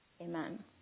Amen